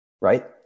right